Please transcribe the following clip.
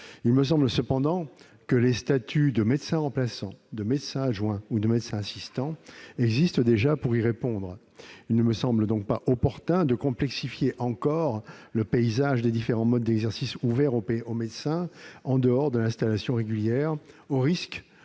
Il me semble cependant que les statuts de médecin remplaçant, de médecin adjoint ou de médecin assistant qui existent déjà permettent de répondre à cette problématique. Il ne me paraît donc pas opportun de complexifier encore le paysage des différents modes d'exercice ouverts aux médecins en dehors de l'installation régulière, au risque